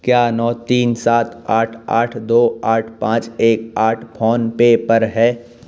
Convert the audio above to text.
क्या नौ तीन सात आठ आठ आठ दो आठ पाँच एक आठ फोनपे पर है